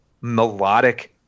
melodic